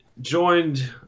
joined